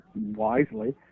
wisely